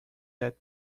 that